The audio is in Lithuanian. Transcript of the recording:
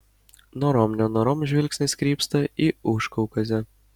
norom nenorom žvilgsnis krypsta į užkaukazę